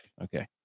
Okay